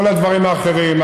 כל הדברים האחרים,